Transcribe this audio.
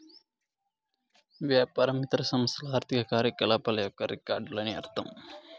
వ్యాపారం ఇతర సంస్థల ఆర్థిక కార్యకలాపాల యొక్క రికార్డులు అని అర్థం